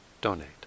donate